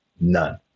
none